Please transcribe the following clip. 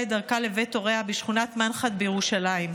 את דרכה לבית הוריה בשכונת מנחת בירושלים.